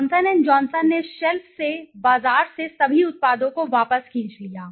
Johnson and Johnson ने shelf से बाजार से सभी उत्पादों को वापस खींच लिया